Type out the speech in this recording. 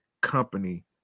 company